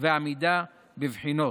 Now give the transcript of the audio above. ועמידה בבחינות.